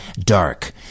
dark